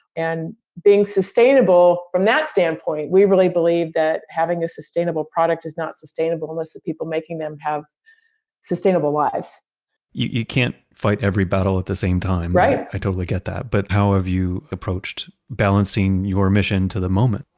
and being sustainable from that standpoint, standpoint, we really believe that having a sustainable product is not sustainable unless the people making them have sustainable lives you can't fight every battle at the same time, right? i totally get that. but how have you approached balancing your mission to the moment?